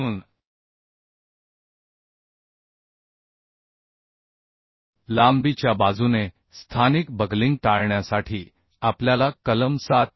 म्हणून लांबीच्या बाजूने स्थानिक बकलिंग टाळण्यासाठी आपल्याला कलम 7